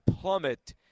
plummet